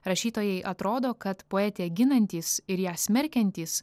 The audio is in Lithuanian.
rašytojai atrodo kad poetę ginantys ir ją smerkiantys